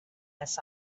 this